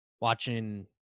Watching